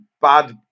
bad